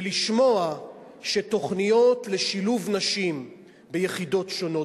ולשמוע שתוכניות לשילוב נשים ביחידות שונות,